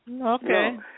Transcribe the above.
Okay